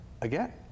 again